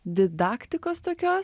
didaktikos tokios